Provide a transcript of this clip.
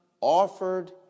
offered